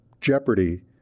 jeopardy